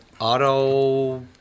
auto